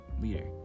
leader